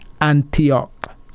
Antioch